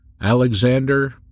Alexander